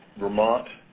vermont,